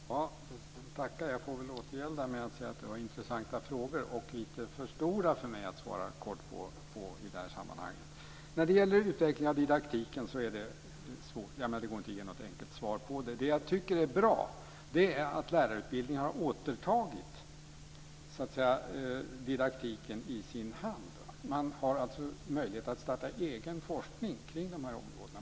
Fru talman! Jag tackar. Jag får väl återgälda med att säga att det var intressanta frågor. Men de var lite för stora för mig att svara kort på i det här sammanhanget. När det gäller utvecklingen av didaktiken är det svårt. Det går inte att ge något enkelt svar. Det jag tycker är bra är att lärarutbildningen har återtagit didaktiken i sin hand. Man har möjlighet att starta egen forskning på de här områdena.